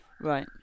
Right